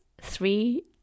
three